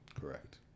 Correct